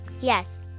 Yes